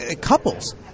couples